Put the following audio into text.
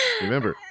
Remember